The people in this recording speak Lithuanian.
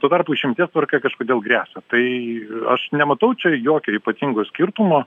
tuo tarpu išimties tvarka kažkodėl gresia tai aš nematau čia jokio ypatingo skirtumo